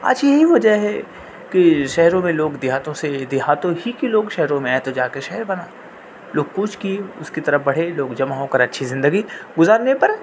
آج یہی وجہ ہے کہ شہروں میں لوگ دیہاتوں سے دیہاتوں ہی کے لوگ شہروں میں آئے تو جا کے شہر بنا لوگ کوچ کیے اس کی طرف بڑھے لوگ جمع ہو کر اچھی زندگی گزارنے پر